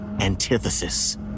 antithesis